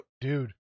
dude